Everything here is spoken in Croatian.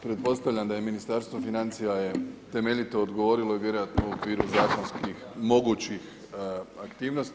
Pretpostavljam da je Ministarstvo financija je temeljito odgovorilo i vjerojatno u okviru zakonskih mogućih aktivnosti.